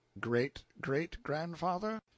Great-great-grandfather